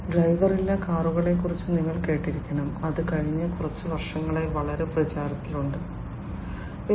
എങ്കിൽ ഡ്രൈവറില്ലാ കാറുകളെക്കുറിച്ച് നിങ്ങൾ കേട്ടിരിക്കണം അത് കഴിഞ്ഞ കുറച്ച് വർഷങ്ങളായി വളരെ പ്രചാരത്തിലുണ്ട് ഡ്രൈവറില്ലാ കാറുകൾ